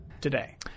today